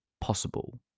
possible